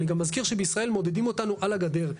אני גם אזכיר שבישראל מודדים אותנו על הגדר,